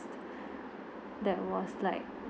that was like